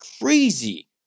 crazy